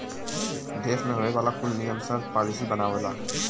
देस मे होए वाला कुल नियम सर्त पॉलिसी बनावेला